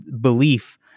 belief